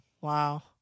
Wow